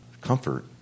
comfort